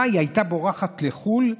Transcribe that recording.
מה, היא הייתה בורחת לחו"ל?